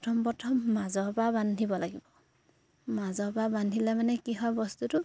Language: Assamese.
প্ৰথম প্ৰথম মাজৰ পৰা বান্ধিব লাগিব মাজৰ পৰা বান্ধিলে মানে কি হয় বস্তুটো